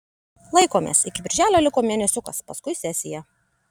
laikomės iki birželio liko mėnesiukas paskui sesija